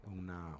una